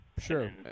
Sure